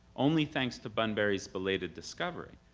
only thanks to bunbury's belated discovery,